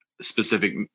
specific